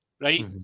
right